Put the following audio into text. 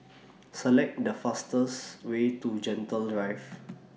Select The fastest Way to Gentle Drive